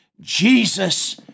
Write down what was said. Jesus